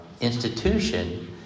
institution